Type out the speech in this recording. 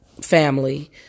family